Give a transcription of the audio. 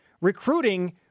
Recruiting